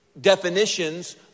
definitions